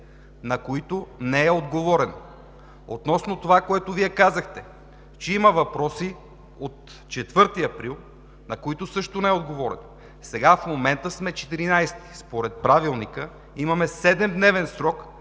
на които не е отговорено. Относно това, което Вие казахте, че има въпроси от 4 април, на които също не е отговорено – в момента сме 14-и, а според Правилника имаме седемдневен срок,